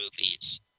movies